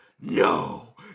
no